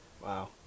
Wow